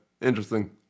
Interesting